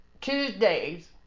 Tuesdays